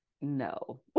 no